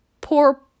poor